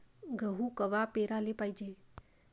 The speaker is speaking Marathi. गहू कवा पेराले पायजे?